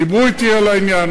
דיברו אתי על העניין.